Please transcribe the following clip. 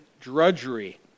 drudgery